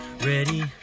ready